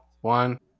one